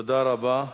תודה רבה.